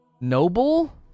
Noble